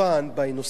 בנושא הזה,